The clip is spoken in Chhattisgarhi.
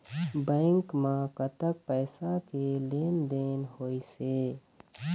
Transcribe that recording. बैंक म कतक पैसा के लेन देन होइस हे?